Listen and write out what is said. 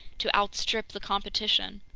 to outstrip the competition!